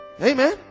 Amen